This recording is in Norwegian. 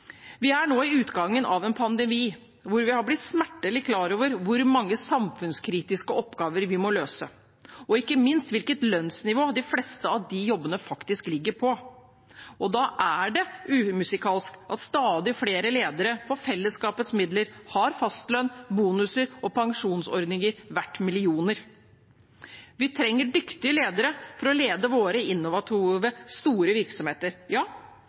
Vi er nå i utgangen av en pandemi hvor vi har blitt smertelig klar over hvor mange samfunnskritiske oppgaver vi må løse, og ikke minst hvilket lønnsnivå de fleste av de jobbene faktisk ligger på. Da er det umusikalsk at stadig flere ledere på fellesskapets midler har fastlønn, bonuser og pensjonsordninger verdt millioner. Vi trenger dyktige ledere for å lede våre innovative store virksomheter,